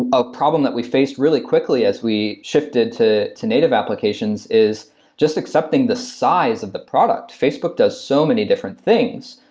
a problem that we faced really quickly as we shifted to to native applications is just accepting the size of the product. facebook does so many different things,